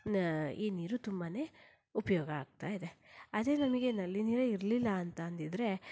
ಈ ನೀರು ತುಂಬಾ ಉಪಯೋಗ ಆಗ್ತಾ ಇದೆ ಅದೇ ನಮಗೆ ನಲ್ಲಿ ನೀರೇ ಇರಲಿಲ್ಲಾಂತ ಅಂದಿದ್ದರೆ